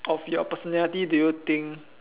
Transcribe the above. of your personality do you think